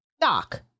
Doc